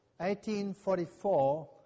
1844